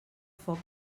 foc